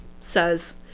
says